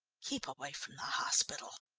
keep away from the hospital.